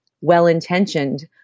well-intentioned